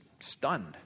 stunned